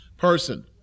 Person